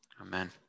Amen